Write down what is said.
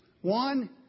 One